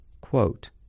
Quote